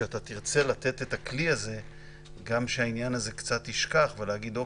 שאתה תרצה לתת את הכלי הזה גם כשהעניין הזה קצת ישכך ולהגיד,